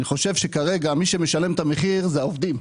אני חושב שכרגע מי שמשלם את המחיר זה העובדים,